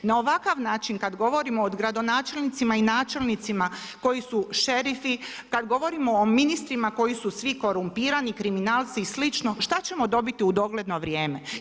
Na ovakav način kad govorimo o gradonačelnicima i načelnicima koji su šerifi, kad govorimo o ministrima koji su svi korumpirani kriminalci i slično šta ćemo dobiti u dogledno vrijeme?